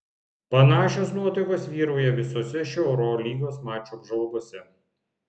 panašios nuotaikos vyrauja visose šio eurolygos mačo apžvalgose